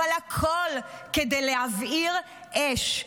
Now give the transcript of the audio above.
אבל הכול, כדי להבעיר אש,